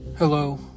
Hello